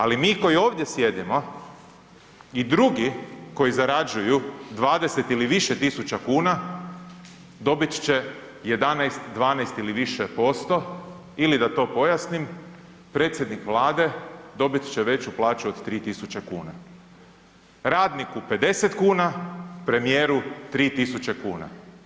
Ali mi koji ovdje sjedimo i drugi koji zarađuju 20 ili više tisuća kuna dobit će 11, 12 ili više posto ili da to pojasnim, predsjednik vlade dobit će veću plaću od 3000 kuna, radniku 50 kuna, premijeru 3000 kuna.